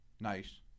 Nice